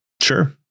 Sure